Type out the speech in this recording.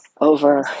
over